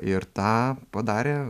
ir tą padarė